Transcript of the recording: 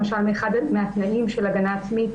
למשל מאחד התנאים של הגנה עצמית,